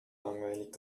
langweilig